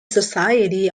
society